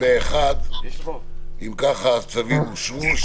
הצבעה בעד הצו 2 נגד אין נמנעים אין אושר פה אחד הצווים אושרו.